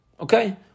Okay